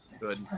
Good